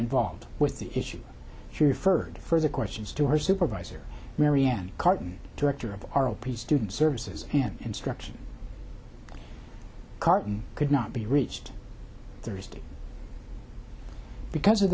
involved with the issue she referred further questions to her supervisor marianne cartin director of r o p student services an instruction carton could not be reached there is to because of